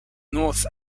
north